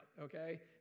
okay